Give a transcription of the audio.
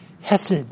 Hesed